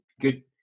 good